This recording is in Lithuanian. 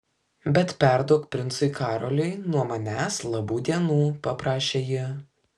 bet perduok princui karoliui nuo manęs labų dienų paprašė ji